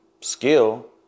skill